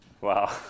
Wow